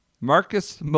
Marcus